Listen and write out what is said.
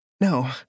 No